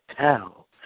tell